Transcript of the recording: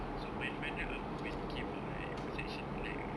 so my final artwork when it came out right it was actually like a